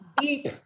deep